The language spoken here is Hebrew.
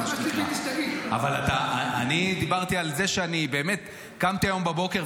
אבל אני דיברתי על זה שקמתי היום בבוקר,